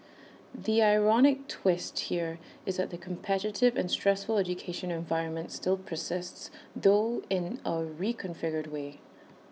the ironic twist here is that the competitive and stressful education environment still persists though in A reconfigured way